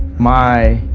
my